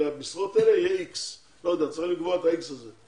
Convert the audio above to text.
המשרות האלה יהיה X. צריך לקבוע את ה-X הזה.